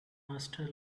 master